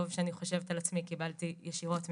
שאני חושבת על עצמי קיבלתי ישירות ממנה.